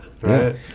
Right